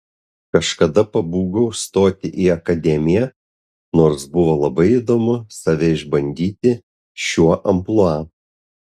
kažkada pabūgau stoti į akademiją nors buvo labai įdomu save išbandyti šiuo amplua